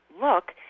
look